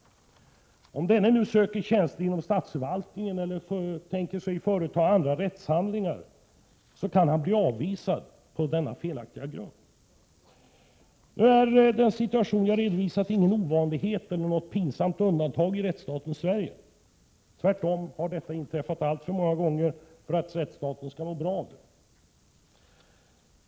Om denne sedan söker tjänster inom statsförvaltningen eller tänker sig att företa rättshandlingar kan han bli avvisad på denna felaktiga grund. Nu är den situation jag redovisat ingen ovanlighet eller något pinsamt undantag i rättsstaten Sverige — tvärtom har detta inträffat alltför många gånger för att rättsstaten skall må bra av det.